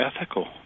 ethical